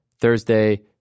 Thursday